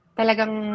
talagang